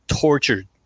tortured